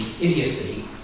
idiocy